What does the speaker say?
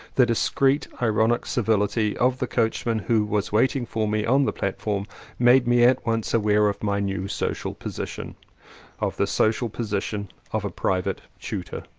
the discreet, ironic civihty of the coachman who was waiting for me on the platform made me at once aware of my new social position of the social position of a private tutor.